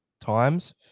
times